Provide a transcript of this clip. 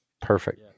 Perfect